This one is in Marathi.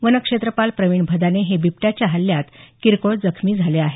वनक्षेत्रपाल प्रवीण भदाणे हे बिबट्याच्या हल्ल्यात किरकोळ जखमी झाले आहेत